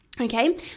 Okay